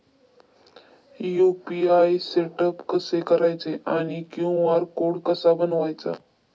UPI setup कसे करायचे आणि क्यू.आर कोड कसा बनवायचा?